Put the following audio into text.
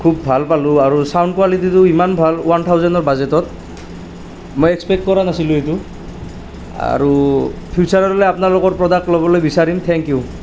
খুব ভাল পালোঁ আৰু চাউণ্ড কোৱালিটিটো ইমান ভাল ওৱান থাউজেণ্ডৰ বাজেটত মই এক্সপেক্ট কৰা নাছিলোঁ এইটো আৰু ফিউচাৰলৈ আপোনালোকৰ প্ৰ'ডাক্ট ল'বলৈ বিচাৰিম থ্যেংক ইউ